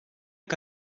que